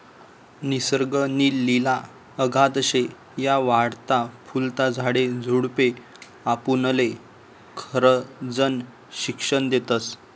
निसर्ग नी लिला अगाध शे, या वाढता फुलता झाडे झुडपे आपुनले खरजनं शिक्षन देतस